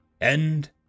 End